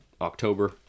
October